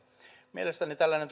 mielestäni tällainen